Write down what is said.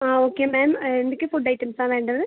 ആ okay ma'am എന്തൊക്കെ food items ആണ് വേണ്ടത്